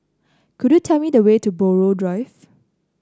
could you tell me the way to Buroh Drive